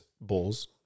bulls